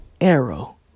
arrow